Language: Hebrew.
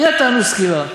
אי אתה ענוש סקילה.